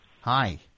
Hi